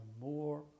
more